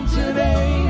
today